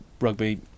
rugby